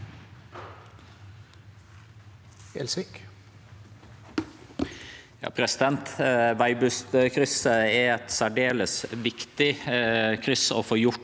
komiteen): Veibustkrysset er eit særdeles viktig kryss å få gjort